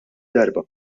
darba